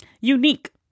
unique